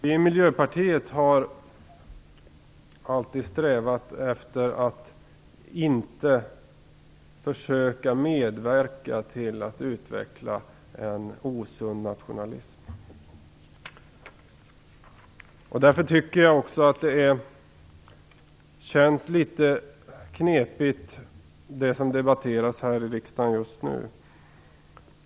Vi i Miljöpartiet har alltid strävat efter att inte medverka till att utveckla en osund nationalism. Jag tycker därför att det känns litet knepigt med det som debatteras i riksdagen just nu.